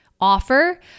offer